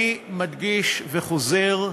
אני מדגיש וחוזר,